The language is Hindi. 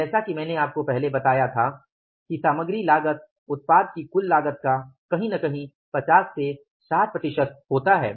जैसा कि मैंने आपको पहले बताया था कि सामग्री लागत उत्पाद की कुल लागत का कहीं न कहीं 50 से 60 प्रतिशत होता है